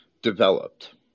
developed